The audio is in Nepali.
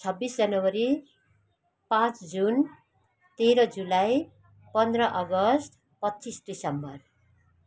छब्बिस जनवरी पाँच जुन तेह्र जुलाई पन्ध्र अगस्त पच्चिस डिसम्बर